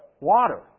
water